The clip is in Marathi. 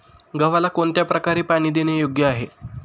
गव्हाला कोणत्या प्रकारे पाणी देणे योग्य आहे?